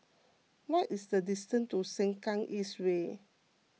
what is the distance to Sengkang East Way